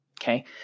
okay